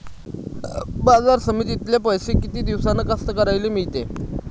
बाजार समितीतले पैशे किती दिवसानं कास्तकाराइले मिळते?